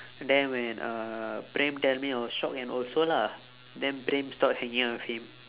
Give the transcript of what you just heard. then when uh praem tell me I was shock and also lah then praem stop hanging out with him